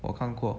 我看过